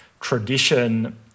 tradition